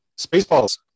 Spaceballs